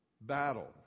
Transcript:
Battle